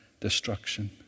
destruction